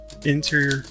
Interior